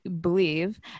believe